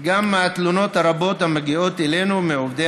גם מהתלונות הרבות המגיעות אלינו מעובדי